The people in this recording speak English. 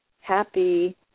happy